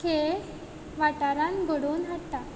खेळ वाठारांत घडोवन हाडटा